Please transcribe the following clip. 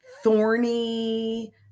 thorny